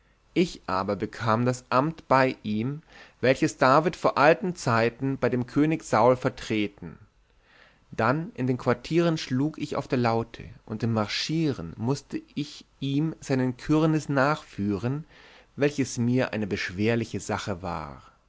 ich aber bekam das amt bei ihm welches david vor alten zeiten bei dem könig saul vertretten dann in den quartieren schlug ich auf der laute und im marschieren mußte ich ihm seinen küriß nachführen welches mir eine beschwerliche sache war